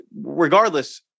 regardless